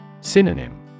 Synonym